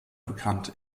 bekannt